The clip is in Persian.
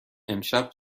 امشب